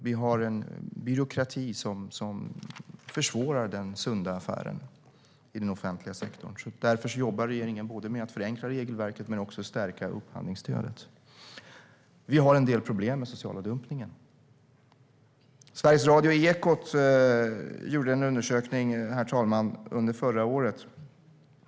Vi har en byråkrati som försvårar den sunda affären i den offentliga sektorn. Därför jobbar regeringen både med att förenkla regelverket och stärka upphandlingsstödet. Vi har en del problem med social dumpning. Ekot i Sveriges Radio gjorde förra året en undersökning.